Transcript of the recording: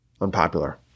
unpopular